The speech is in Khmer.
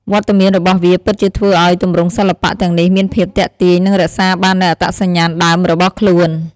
វត្តមានរបស់វាពិតជាធ្វើឱ្យទម្រង់សិល្បៈទាំងនេះមានភាពទាក់ទាញ និងរក្សាបាននូវអត្តសញ្ញាណដើមរបស់ខ្លួន។